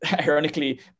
ironically